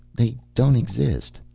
they don't exist.